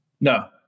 No